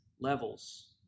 levels